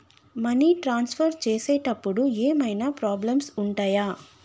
Money transfer చేసేటప్పుడు ఏమైనా problems ఉంటయా?